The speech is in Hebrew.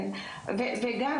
בנוסף,